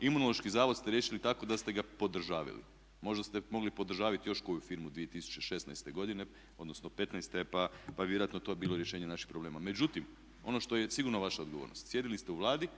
Imunološki zavod ste riješili tako da ste ga podržavali, možda ste mogli podržaviti još koju firmu 2016.godine, odnosno 2015.pa bi vjerojatno to bilo rješenje naših problema. Međutim, ono što je sigurno vaš odgovornost sjedili ste u Vladi